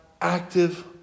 active